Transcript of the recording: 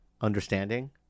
Understanding